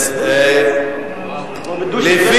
זה לא יסתיים.